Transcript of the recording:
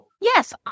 Yes